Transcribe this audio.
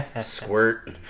squirt